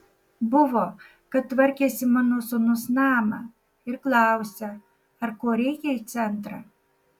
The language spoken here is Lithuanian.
buvo kad tvarkėsi mano sūnus namą ir klausia ar ko reikia į centrą